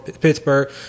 Pittsburgh